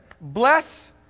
Bless